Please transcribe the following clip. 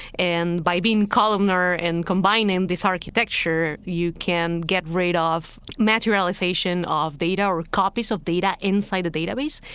and by being columnar and combining this architecture, you can get rid ah of materialization of data or copies of data inside the database.